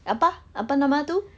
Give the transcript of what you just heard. apa apa nama tu